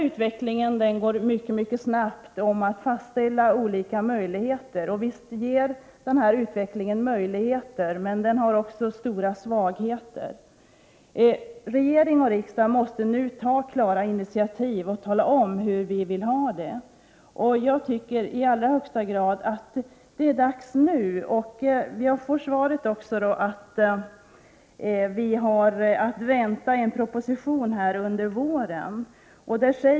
Utvecklingen på området går mycket snabbt, och visst ger den möjligheter men den har också stora svagheter. Regering och riksdag måste nu ta klara initiativ och tala om hur vi vill ha det. Jag tycker att det i allra högsta grad är dags att nu ta ställning. Jag får svaret här att vi har att vänta en proposition under våren.